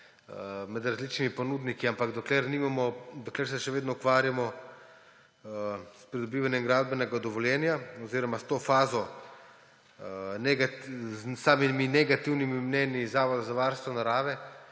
med različnimi ponudniki. Ampak dokler se še vedno ukvarjamo s pridobivanjem gradbenega dovoljenja oziroma s to fazo, s samimi negativnimi mnenji Zavoda za varstvo narave,